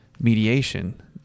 mediation